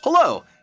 Hello